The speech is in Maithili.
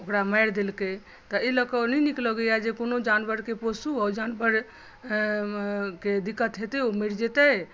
ओकरा मारि देलकै ताहि लऽकऽ नहि नीक लगैया जे कोनो जानवरकेँ पोसु आ ओ जानवरकेँ दिक्कत हेतै ओ मरि जेतै